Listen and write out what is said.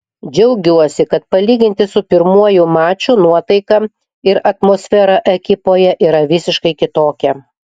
džiaugiuosi kad palyginti su pirmuoju maču nuotaika ir atmosfera ekipoje yra visiškai kitokia